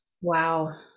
Wow